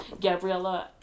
Gabriella